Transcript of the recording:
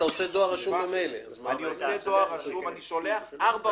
אבל אתה שולח דואר רשום ממילא.